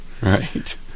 right